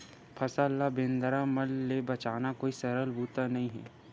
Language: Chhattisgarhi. फसल ल बेंदरा मन ले बचाना कोई सरल बूता नइ हे